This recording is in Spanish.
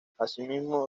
asimismo